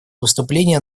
выступление